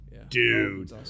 Dude